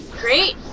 Great